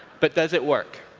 but does it work?